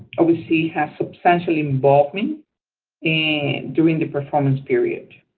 ovc has substantial involvement and during the performance period.